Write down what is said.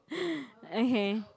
okay